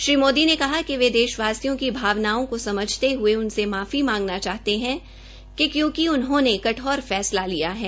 श्री मोदी ने कहा कि वे दशवासियों की भावनाओं को समझते हये उनसे माफी मांगना चाहते है कि क्योंकि उन्होंने कठोर फैसला लिया है